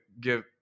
give